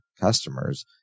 customers